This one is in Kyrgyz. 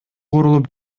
курулуп